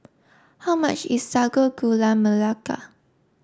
how much is Sago Gula Melaka